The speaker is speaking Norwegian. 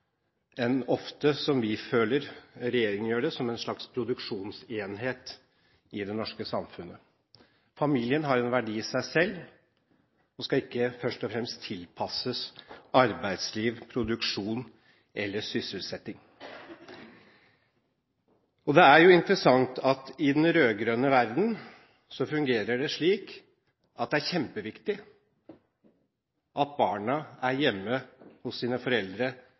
ofte føler at regjeringen gjør. Familien har en verdi i seg selv; den skal ikke først og fremst tilpasses arbeidsliv, produksjon eller sysselsetting. Det er jo interessant at i den rød-grønne verdenen fungerer det slik at det er kjempeviktig at barna er hjemme hos sine foreldre